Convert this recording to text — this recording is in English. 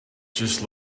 just